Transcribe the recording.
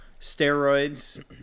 steroids